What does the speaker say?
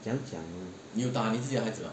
怎么样讲呢